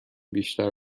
بیشتر